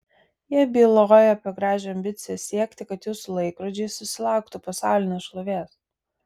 jie byloja apie gražią ambiciją siekti kad jūsų laikrodžiai susilauktų pasaulinės šlovės